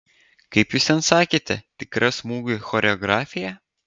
kaip jūs ten sakėte tikra smūgių choreografija